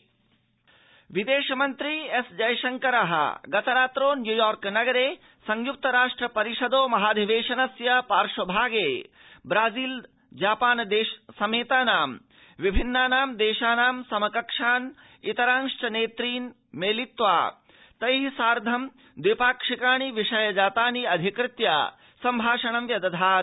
जयशंकर द्विपाक्षिकसंभाषणानि विदेशमन्त्री एसजयशंकरः गतरात्रौ न्यूयॉर्क नगरे संयुक्त राष्ट्र परिषदो महाधिवेशनस्य पार्श्वेभागे ब्राजील जापान समेतानां नैकेषां देशनां समकक्षान् इतरांश्व नेतृन् मेलित्वां तैः साधं द्विपाक्षिकाणि विषयानि अधिकृत्य सम्भाषणं व्यदधात्